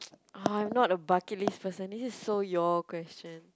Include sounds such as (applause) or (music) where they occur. (noise) ah I'm not a bucket list person this is so your question